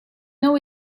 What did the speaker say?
know